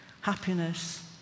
happiness